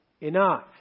enough